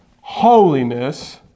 holiness